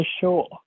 sure